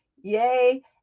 yay